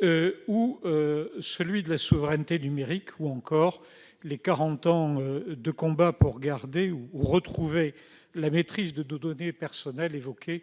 celui de la souveraineté numérique, ou encore celui des quarante ans de combat pour garder ou retrouver la maîtrise de nos données personnelles évoqués